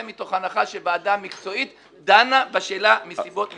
מתוך הנחה שוועדה מקצועית דנה בשאלה מסיבות מקצועיות.